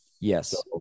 Yes